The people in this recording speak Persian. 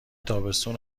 تابستون